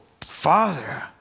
father